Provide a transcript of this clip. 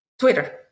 Twitter